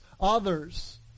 others